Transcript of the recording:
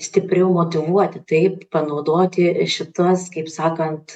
stipriau motyvuoti taip panaudoti šituos kaip sakant